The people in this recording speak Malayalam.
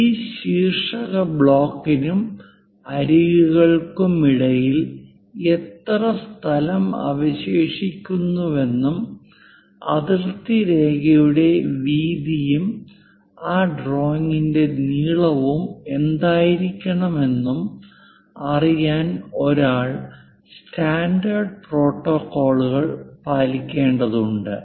ഈ ശീർഷക ബ്ലോക്കിനും അരികുകൾക്കുമിടയിൽ എത്ര സ്ഥലം അവശേഷിക്കുന്നുവെന്നും അതിർത്തി രേഖയുടെ വീതിയും ആ ഡ്രോയിംഗിന്റെ നീളവും എന്തായിരിക്കണമെന്നും അറിയാൻ ഒരാൾ സ്റ്റാൻഡേർഡ് പ്രോട്ടോക്കോളുകൾ പാലിക്കേണ്ടതുണ്ട്